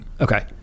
Okay